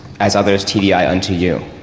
as others tdi on to you.